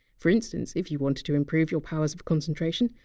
for instance, if you want to to improve your powers of concentration,